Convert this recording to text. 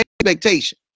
expectation